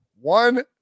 one